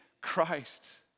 Christ